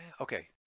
okay